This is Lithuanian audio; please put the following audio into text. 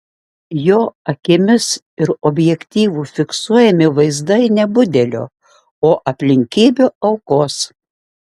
jo akimis ir objektyvu fiksuojami vaizdai ne budelio o aplinkybių aukos